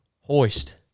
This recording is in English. Hoist